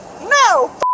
no